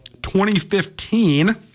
2015